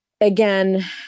again